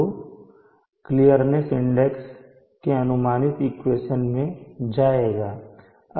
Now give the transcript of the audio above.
जो clearness index के अनुमानित इक्वेशन में जाएंगे